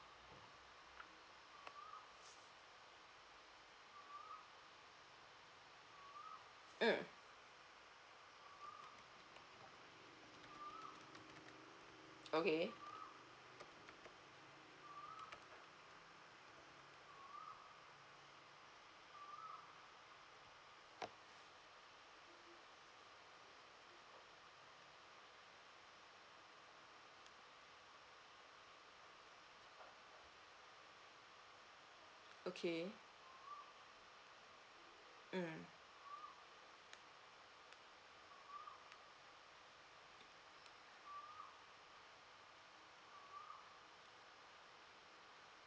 mm okay okay mm